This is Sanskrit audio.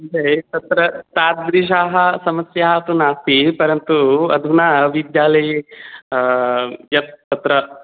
महोदय तत्र तादृशी समस्या तु नास्ति परन्तु अधुना विद्यालये यत् तत्र